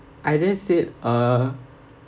I just said uh